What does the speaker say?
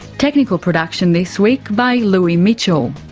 technical production this week by louis mitchell,